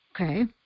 Okay